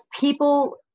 people